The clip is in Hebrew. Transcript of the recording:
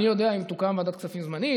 אני יודע אם תוקם ועדת כספים זמנית?